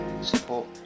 support